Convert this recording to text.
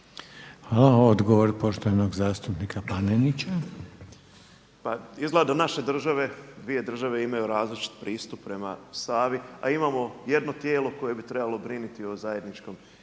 Hvala. Odgovor poštovanog zastupnika Panenića. **Panenić, Tomislav (MOST)** Pa izgleda da naše države, dvije države imaju različit pristup prema Savi, a imamo jedno tijelo koje bi trebalo brinuti o zajedničkom interesu,